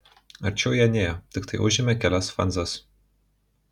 arčiau jie nėjo tiktai užėmė kelias fanzas